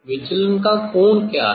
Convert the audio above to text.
विचलन का कोण क्या है